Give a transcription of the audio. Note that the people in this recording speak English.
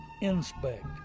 inspect